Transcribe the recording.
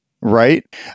right